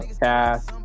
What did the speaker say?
cast